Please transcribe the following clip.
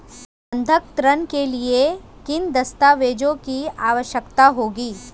बंधक ऋण के लिए किन दस्तावेज़ों की आवश्यकता होगी?